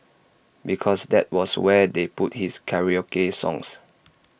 because that was where they put his karaoke songs